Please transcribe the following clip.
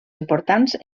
importants